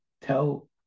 tell